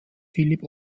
philipp